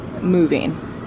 moving